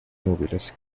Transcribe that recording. núbiles